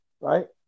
right